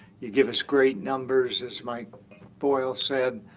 you give us great numbers, as mike boyle said.